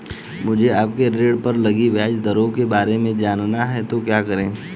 मुझे अपने ऋण पर लगी ब्याज दरों के बारे में जानना है तो क्या करें?